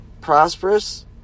prosperous